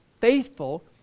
faithful